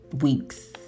weeks